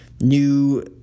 new